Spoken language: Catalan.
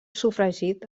sofregit